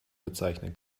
bezeichnen